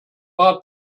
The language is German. paar